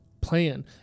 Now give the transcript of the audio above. plan